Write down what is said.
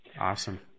Awesome